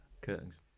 curtains